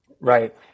right